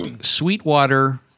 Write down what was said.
Sweetwater